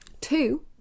Two